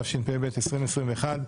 התשפ"ב-2021,